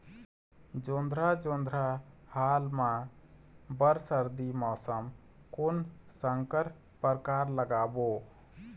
जोंधरा जोन्धरा हाल मा बर सर्दी मौसम कोन संकर परकार लगाबो?